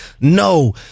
no